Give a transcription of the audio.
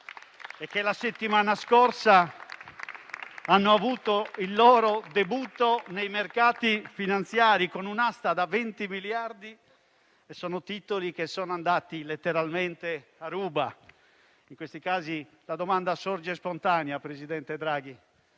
e che la settimana scorsa hanno avuto il loro debutto nei mercati finanziari, con un'asta da 20 miliardi, titoli che sono andati letteralmente a ruba. In questi casi, la riflessione sorge spontanea, presidente Draghi: